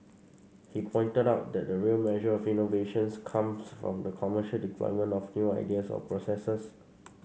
he pointed out that the real measure of innovations comes from the commercial deployment of new ideas or processes